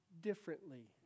differently